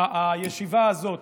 הישיבה הזאת.